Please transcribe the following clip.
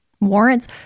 warrants